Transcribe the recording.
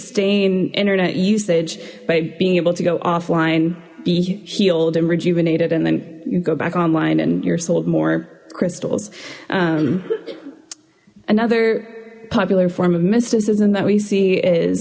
sustain internet usage by being able to go offline be healed and rejuvenated and then you go back online and you're sold more crystals another popular form of mysticism that we see is